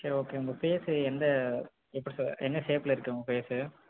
சரி ஓகே உங்கள் பேஸ் எந்த ஷேப்பர்ஸ் என்ன ஷேப்பில் இருக்குது உங்கள் பேஸு